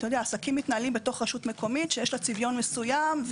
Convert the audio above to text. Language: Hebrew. עסקים מתנהלים בתוך רשות מקומית שיש לה צביון מסוים,